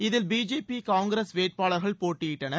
இதில் BJP Congress வேட்பாளர்கள் போட்டியிட்டனர்